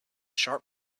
sharp